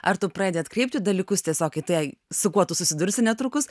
ar tu pradedi atkreipti dalykus tiesiog į tai su kuo tu susidursi netrukus